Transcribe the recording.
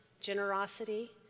generosity